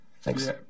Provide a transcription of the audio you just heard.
thanks